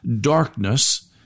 darkness